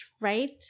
right